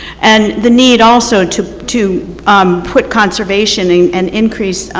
and the need also to to put conservation and and increase